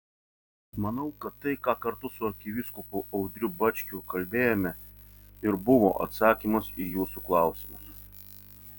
manau kad tai ką kartu su arkivyskupu audriu bačkiu kalbėjome ir buvo atsakymas į jūsų klausimus